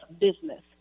business